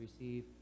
receive